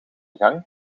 gang